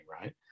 right